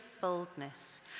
boldness